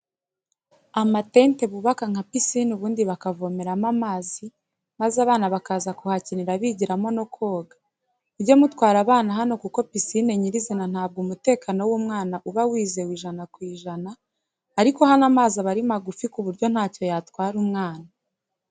Amatente bubaka nka pisine ubundi bakavomeramo amazi maze abana bakaza kuhakinira bigiramo no koga muge mutwara abana hano kuko pisine nyirizina ntabwo umtekano w'umwana ba wizewe ijana ku ijana ariko hano amazi aba ari magufi kuburyo ntacyo yatwara umwana.